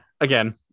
Again